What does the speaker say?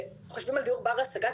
כשחושבים על דיור בר השגה,